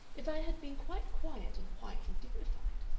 if i had been quite quiet and white and dignified,